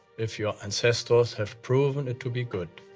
if your ancestors have proven it to be good,